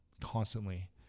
constantly